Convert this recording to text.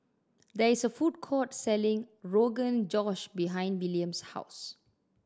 there is a food court selling Rogan Josh behind William's house